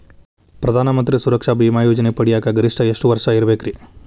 ಪ್ರಧಾನ ಮಂತ್ರಿ ಸುರಕ್ಷಾ ಭೇಮಾ ಯೋಜನೆ ಪಡಿಯಾಕ್ ಗರಿಷ್ಠ ಎಷ್ಟ ವರ್ಷ ಇರ್ಬೇಕ್ರಿ?